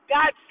God